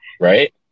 right